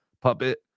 puppet